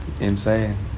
insane